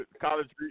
College